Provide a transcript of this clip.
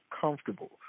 comfortable